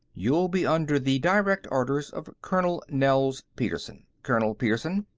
you'll be under the direct orders of colonel nels petersen. colonel petersen.